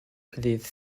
ddydd